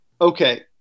okay